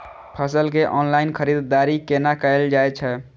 फसल के ऑनलाइन खरीददारी केना कायल जाय छै?